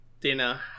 dinner